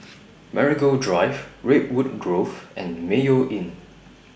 Marigold Drive Redwood Grove and Mayo Inn